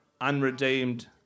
unredeemed